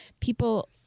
people